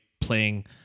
playing